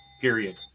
Period